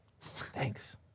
Thanks